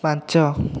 ପାଞ୍ଚ